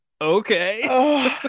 okay